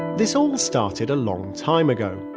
this all started a long time ago.